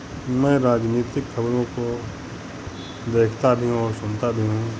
मैं राजनीतिक खबरों को देखता भी हूँ और सुनता भी हूँ